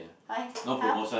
why how